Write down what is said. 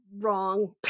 wrong